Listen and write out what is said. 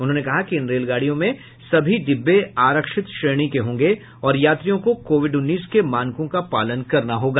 उन्होंने कहा कि इन रेलगाड़ियों में सभी डिब्बे आरक्षित श्रेणी के होंगे और यात्रियों को कोविड उन्नीस के मानकों का पालन करना होगा